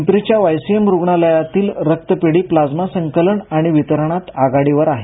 पिंपरीच्या YCM रुग्णालयाची रक्तपेढी plasma संकलन आणि वितरणात आघाडीवर आहे